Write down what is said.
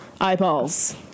eyeballs